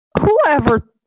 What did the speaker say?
whoever